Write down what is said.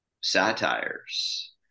satires